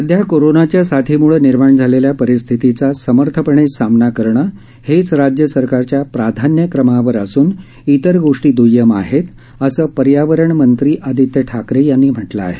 सध्या कोरोनाच्या साथीमुळे निर्माण झालेल्या परिस्थितीचा समर्थपणे सामना करणं हेच राज्य सरकारच्या प्राधान्यक्रमावर असून इतर गोष्टी द्य्यम आहेत असं पर्यावरणमंत्री आदित्य ठाकरे यांनी म्हटलं आहे